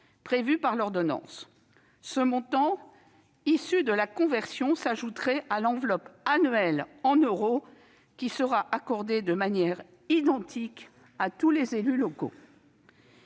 prévue par l'ordonnance. Ce montant issu de la conversion s'ajouterait à l'enveloppe annuelle en euros qui sera accordée de manière identique à tous les élus locaux.